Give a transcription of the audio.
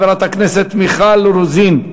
חברת הכנסת מיכל רוזין,